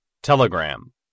Telegram